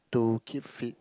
to keep fit